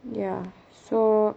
ya so